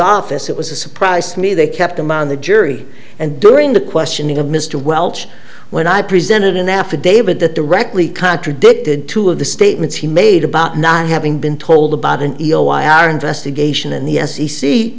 office it was a surprise to me they kept him on the jury and during the questioning of mr welch when i presented an affidavit that directly contradicted two of the statements he made about not having been told about an hour investigation in the s